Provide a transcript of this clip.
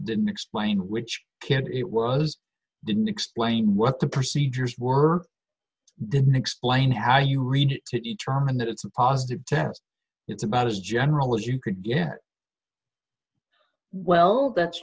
didn't explain which kid it was didn't explain what the procedures were didn't explain how you read to determine that it's a positive test it's about as general as you could yeah well that's